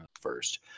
first